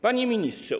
Panie Ministrze!